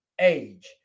age